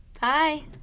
Bye